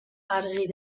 argi